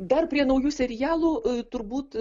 dar prie naujų serialų turbūt